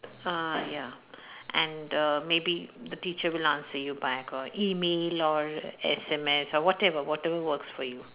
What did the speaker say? uh ya and err maybe the teacher will answer you by a email or S_M_S or whatever whatever works for you